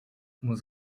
muss